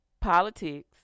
Politics